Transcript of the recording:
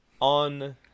On